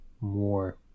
more